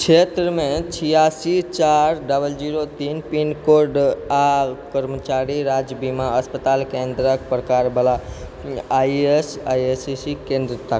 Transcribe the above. क्षेत्रमे छिआसी चारि डबल जीरो तीन पिन कोड आ कर्मचारी राज्य बीमा अस्पताल केन्द्रके प्रकारवला आइएसआइसीसी केन्द्र ताकू